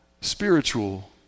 spiritual